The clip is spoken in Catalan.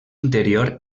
interior